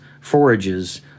forages